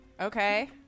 Okay